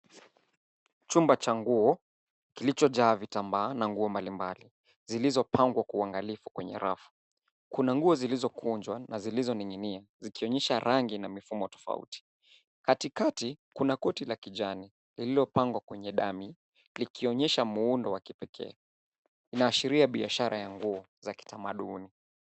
Chumba cha nguo kilicho jaa vitamba na nguo mbalimbali zilizopangwa kwa uangalifu kwenye rafu. Kuna nguo zilzo kunjwa na zilizo ninginia zikionyesha rangi na mifumo tofauti. Katikati kuna koti la kijani lililo pangwa kwenye dummy likionyesha muundo wa kipeke ina ashiria biashara ya nguo za kitamaduni.